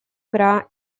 gra